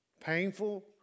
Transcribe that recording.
Painful